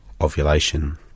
ovulation